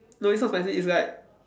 no it's not spicy it's like